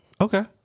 Okay